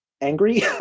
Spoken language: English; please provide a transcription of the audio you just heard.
angry